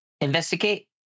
investigate